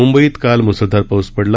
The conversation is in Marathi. मुंबईत काल मुसळधार पाऊस पडला